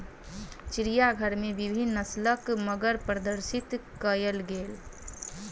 चिड़ियाघर में विभिन्न नस्लक मगर प्रदर्शित कयल गेल